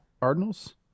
cardinals